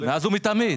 מאז ומתמיד.